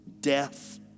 death